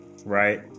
Right